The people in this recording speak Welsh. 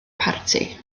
parti